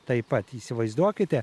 taip pat įsivaizduokite